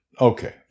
Okay